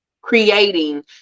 creating